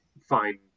fine